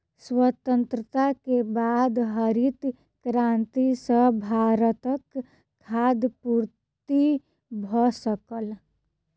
स्वतंत्रता के बाद हरित क्रांति सॅ भारतक खाद्य पूर्ति भ सकल